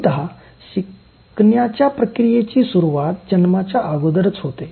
बहुधा शिकण्याच्या प्रक्रियेची सुरुवात जन्माच्या अगोदरच होते